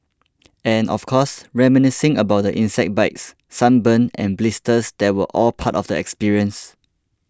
and of course reminiscing about the insect bites sunburn and blisters that were all part of the experience